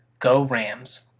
GoRams